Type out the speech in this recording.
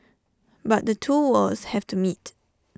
but the two worlds have to meet